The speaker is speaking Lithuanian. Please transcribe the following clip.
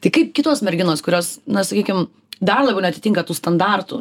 tai kaip kitos merginos kurios na sakykim dar labiau neatitinka tų standartų